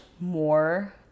more